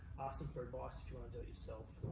so for advice if you wanna do it yourself.